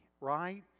right